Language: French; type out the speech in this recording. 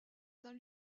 saint